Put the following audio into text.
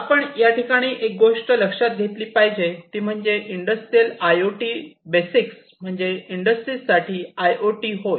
आपण या ठिकाणी एक गोष्ट लक्षात घेतली पाहिजे ती म्हणजे industrial I O T basics म्हणजेच इंडस्ट्रीज साठी आय ओ टी होय